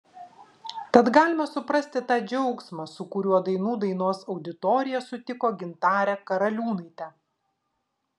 tad galima suprasti tą džiaugsmą su kuriuo dainų dainos auditorija sutiko gintarę karaliūnaitę